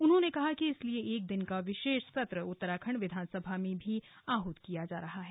उन्होंने कहा कि इसीलिए एक दिन का विशेष सत्र उत्तराखंड विधानसभा में भी आहूत किया जा रहा है